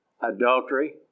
adultery